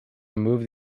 remove